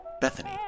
Bethany